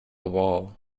wall